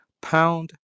pound